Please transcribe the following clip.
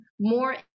more